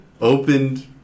opened